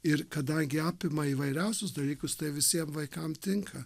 ir kadangi apima įvairiausius dalykus tai visiem vaikam tinka